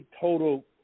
total